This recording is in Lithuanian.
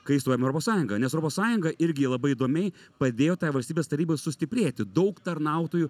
kai įstojom į europos sąjungą nes europos sąjunga irgi labai įdomiai padėjo tai valstybės tarybai sustiprėti daug tarnautojų